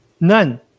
none